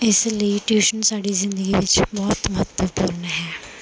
ਇਸ ਲਈ ਟਿਊਸ਼ਨ ਸਾਡੀ ਜ਼ਿੰਦਗੀ ਵਿੱਚ ਬਹੁਤ ਮਹੱਤਵਪੂਰਨ ਹੈ